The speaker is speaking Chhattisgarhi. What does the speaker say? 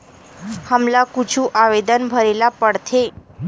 हमला कुछु आवेदन भरेला पढ़थे?